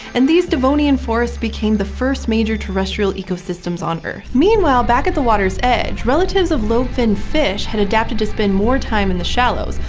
and these devonian forests became the first major terrestrial ecosystems on earth. meanwhile, back at the water's edge, relatives of lobe-finned fish had adapted to spend more time in the shallows,